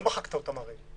הרי לא מחקת אותם.